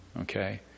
Okay